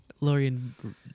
Lorian